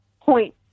point